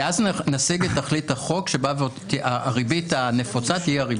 כי אז נשיג את תכלית החוק שהריבית הנפוצה תהיה הריבית.